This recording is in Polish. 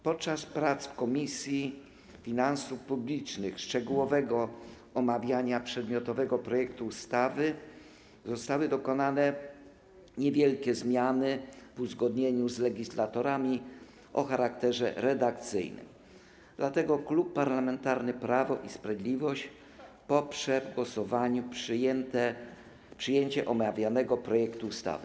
Podczas prac Komisji Finansów Publicznych i szczegółowego omawiania przedmiotowego projektu ustawy zostały dokonane niewielkie zmiany w uzgodnieniu z legislatorami o charakterze redakcyjnym, dlatego Klub Parlamentarny Prawo i Sprawiedliwość poprze w głosowaniu przyjęcie omawianego projektu ustawy.